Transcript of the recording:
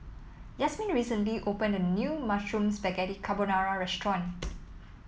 Yazmin recently opened a new Mushroom Spaghetti Carbonara Restaurant